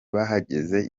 bahagaze